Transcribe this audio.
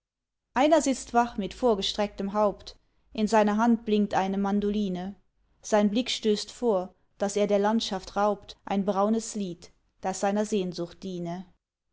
einer sitzt wach mit vorgestrecktem haupt in seiner hand blinkt eine mandoline sein blick stößt vor daß er der landschaft raubt ein braunes lied das seiner sehnsucht diene